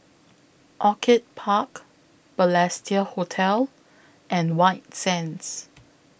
Orchid Park Balestier Hotel and White Sands